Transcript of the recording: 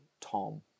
Tom